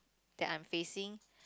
that I'm facing